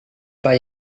pak